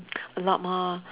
a lot more